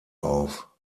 auf